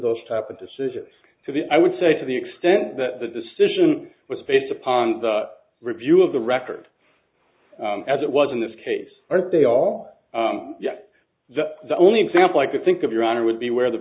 those type of decisions to be i would say to the extent that the decision was based upon the review of the record as it was in this case aren't they all yet the only example i could think of your honor would be where the